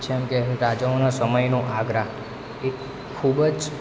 જેમકે રાજાઓના સમયનું આગ્રા એક ખૂબ જ